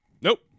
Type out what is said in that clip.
Nope